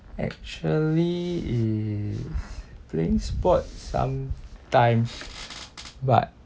actually is playing sports sometimes but